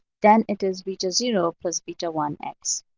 then it is beta zero plus beta one x.